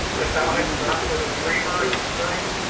that thou hast not been a dreamer this night